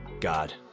God